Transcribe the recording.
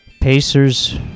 Pacers